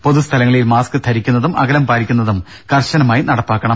പൊതുസ്ഥലങ്ങളിൽ മാസ്ക് ധരിക്കുന്നതും അകലം പാലിക്കുന്നതും കർശനമായി നടപ്പാക്കണം